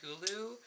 Hulu